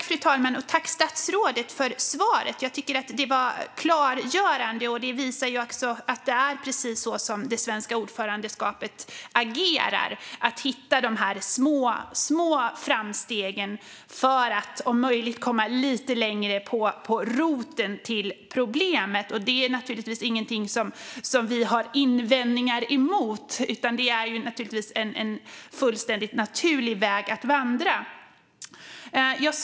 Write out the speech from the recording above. Fru talman! Tack, statsrådet, för svaret! Jag tycker att det var klargörande, och det visar också att det är precis så som det svenska ordförandeskapet agerar: Man hittar de små framstegen för att om möjligt komma lite längre in mot roten till problemet. Det är naturligtvis ingenting som vi har invändningar emot, utan det är en fullständigt naturlig väg att vandra.